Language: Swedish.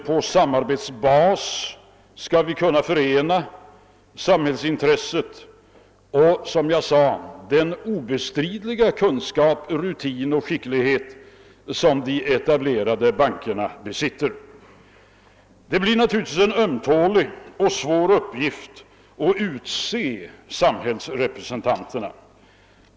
På samarbetsbasis skall vi kunna förena samhällsintresset och, som jag tidigare sagt, den obestridiga kunskap, rutin och skicklighet som de etablerade bankerna besitter. Det blir naturligtvis en ömtålig och svår uppgift att utse samhällsrepresentanterna.